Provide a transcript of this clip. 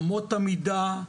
אמות המידה,